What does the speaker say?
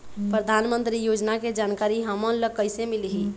परधानमंतरी योजना के जानकारी हमन ल कइसे मिलही?